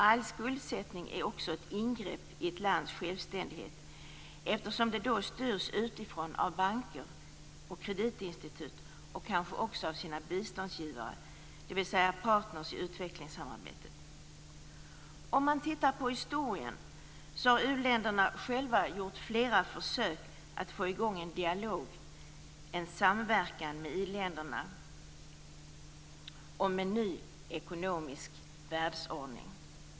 All skuldsättning är också ett ingrepp i ett lands självständighet eftersom det då styrs utifrån av banker och kreditinstitut och kanske också av sina biståndsgivare, dvs. sina partner i utvecklingssamarbetet. Om man tittar på historien har u-länderna själva gjort flera försök att få i gång en dialog och samverkan med i-länderna om en ny ekonomisk världsordning.